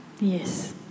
yes